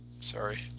Sorry